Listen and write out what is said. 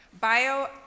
Bio